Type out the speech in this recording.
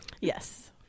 Yes